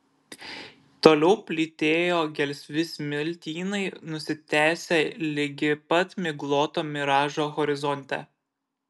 toliau plytėjo gelsvi smiltynai nusitęsę ligi pat migloto miražo horizonte